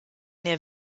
der